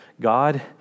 God